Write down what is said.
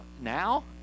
now